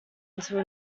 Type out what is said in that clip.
until